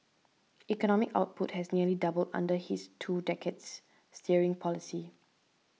economic output has nearly doubled under his two decades steering policy